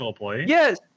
yes